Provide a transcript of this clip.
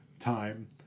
time